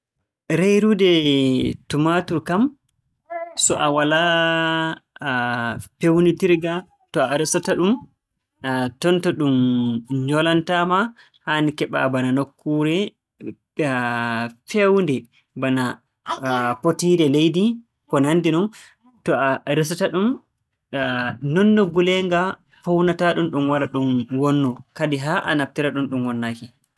Reyrude tumaatur kam, so a walaa peewnitirga to a resata-ɗum ton to ɗum nyolantaama, haani keɓaa nokkuure feewnde, bana potiire leydi ko nanndi non, to a resata-ɗum, non no nguleenga poownataa-ɗum ɗum wara ɗum wonnoo. Kadi haa a naftira-ɗum ɗum wonnaaki.